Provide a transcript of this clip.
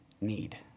need